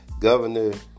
governor